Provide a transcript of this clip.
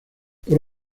por